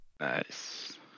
Nice